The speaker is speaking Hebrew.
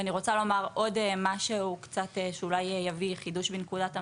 אני רוצה לומר עוד משהו שאולי יביא חידוש בנקודת המבט.